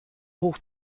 hoch